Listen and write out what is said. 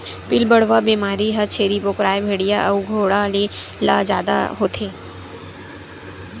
पिलबढ़वा बेमारी ह छेरी बोकराए भेड़िया अउ घोड़ा ल जादा होथे